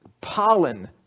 pollen